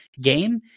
game